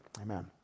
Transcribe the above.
Amen